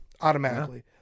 automatically